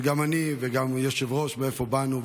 וגם אני וגם היושב-ראש, מאיפה באנו?